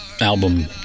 album